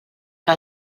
que